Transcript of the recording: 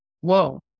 whoa